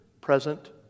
present